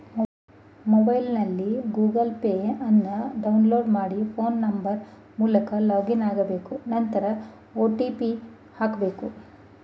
ಮೊಬೈಲ್ನಲ್ಲಿ Google Pay ಅನ್ನು download ಮಾಡಿ ಫೋನ್ ನಂಬರ್ ಮೂಲಕ ಲಾಗಿನ್ ಆಗ್ಬೇಕು ನಂತರ ಒ.ಟಿ.ಪಿ ಹಾಕ್ಬೇಕು